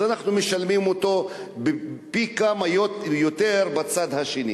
אנחנו משלמים אותו פי כמה בצד השני.